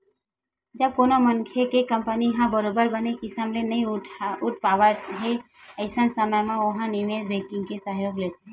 जब कोनो मनखे के कंपनी ह बरोबर बने किसम ले नइ उठ पावत हे अइसन समे म ओहा निवेस बेंकिग के सहयोग लेथे